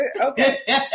Okay